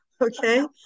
Okay